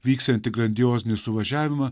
vyksiantį grandiozinį suvažiavimą